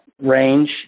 range